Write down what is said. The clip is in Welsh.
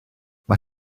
mae